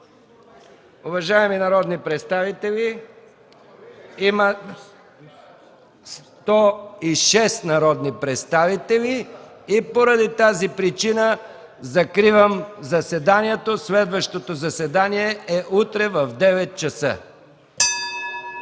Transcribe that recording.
Уважаеми колеги, има 106 народни представители и поради тази причина закривам заседанието. Следващото заседание е утре, 13